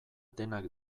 denak